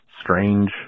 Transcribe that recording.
strange